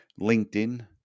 LinkedIn